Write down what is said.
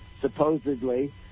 supposedly